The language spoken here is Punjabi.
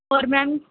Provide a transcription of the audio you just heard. ਹੋਰ ਮੈਮ